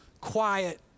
quiet